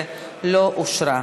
לא אושרה.